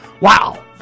wow